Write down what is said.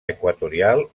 equatorial